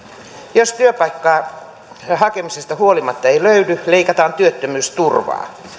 jos työpaikkaa ei hakemisesta huolimatta löydy leikataan työttömyysturvaa